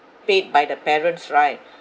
paid by the parents right